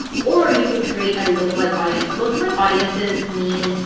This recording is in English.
or you could create a and look a like audience. look a like audiences mean,